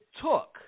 took